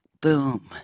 boom